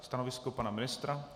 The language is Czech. Stanovisko pana ministra?